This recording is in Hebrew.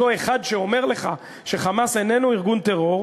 אותו אחד שאומר לך ש"חמאס" איננו ארגון טרור,